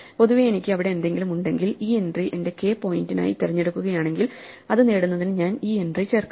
പൊതുവേ എനിക്ക് അവിടെ എന്തെങ്കിലും ഉണ്ടെങ്കിൽ ഈ എൻട്രി എന്റെ കെ പോയിന്റായി തിരഞ്ഞെടുക്കുകയാണെങ്കിൽ അത് നേടുന്നതിന് ഞാൻ ഈ എൻട്രി ചേർക്കണം